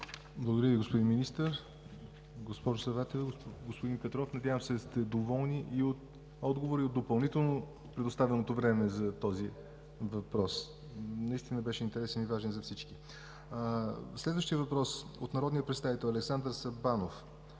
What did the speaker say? Ви, господин Министър. Госпожо Саватева, господин Петров, надявам се, че сте доволни и от отговора, и от допълнително предоставеното време за този въпрос, който наистина беше интересен и важен за всички. Следващият въпрос е от народния представител Александър Сабанов,